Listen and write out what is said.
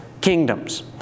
kingdoms